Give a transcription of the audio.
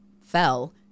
fell